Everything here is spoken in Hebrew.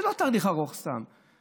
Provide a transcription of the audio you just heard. זה לא תהליך ארוך סתם,